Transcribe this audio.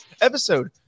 episode